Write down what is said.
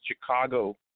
Chicago